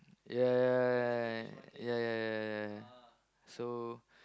yeah yeah yeah yeah yeah yeah yeah yeha yeah so